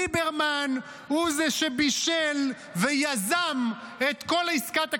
ליברמן הוא זה שבישל ויזם את כל עסקת הכספים.